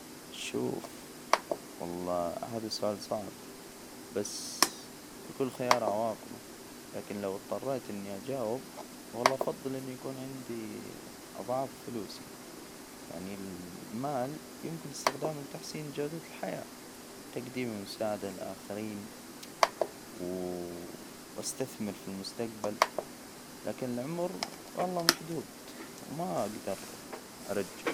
شوف والله هذا السؤال صعب، بس لكل خيار عواقبه، لكن لو اضطريت إني أجاوب والله أفضل إنه يكون عندي أضعاف فلوسي، يعني المال يمكن استخدامه لتحسين جودة الحياة، تجديم المساعدة للآخرين. و أستثمر في المستقبل، لكن العمر والله محدود، وما أجدر أرجعه.